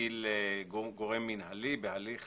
שמטיל גורם מנהלי בהליך